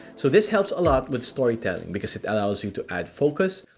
so this helps a lot with storytelling, because it allows you to add focus,